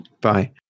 Bye